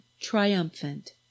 triumphant